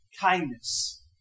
kindness